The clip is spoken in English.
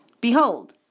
Behold